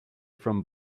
from